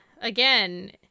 again